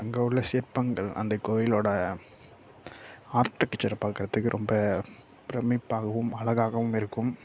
அங்கே உள்ள சிற்பங்கள் அந்த கோவிலோடய ஆர்க்கிடெக்ச்சரை பார்க்கறத்துக்கு ரொம்ப பிரமிப்பாகவும் அழகாகவும் இருக்கும்